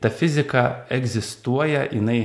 ta fizika egzistuoja jinai